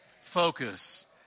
focus